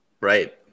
Right